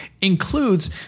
includes